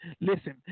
Listen